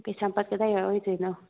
ꯀꯩꯁꯥꯝꯄꯥꯠ ꯀꯗꯥꯏꯋꯥꯏ ꯑꯣꯏꯗꯣꯏꯅꯣ